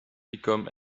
become